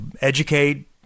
educate